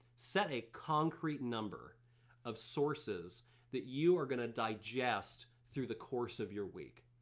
set a concrete number of sources that you are going to digest through the course of your week.